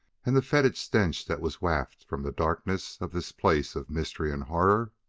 and the fetid stench that was wafted from the darkness of this place of mystery and horror,